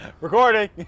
Recording